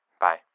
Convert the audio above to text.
Bye